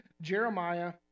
Jeremiah